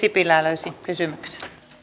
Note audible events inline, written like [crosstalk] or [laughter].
[unintelligible] sipilä löysi kysymyksen